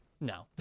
no